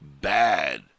bad